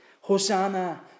Hosanna